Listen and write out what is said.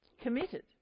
committed